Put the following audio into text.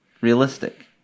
realistic